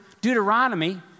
Deuteronomy